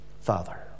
Father